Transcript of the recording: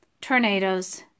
tornadoes